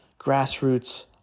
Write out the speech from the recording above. grassroots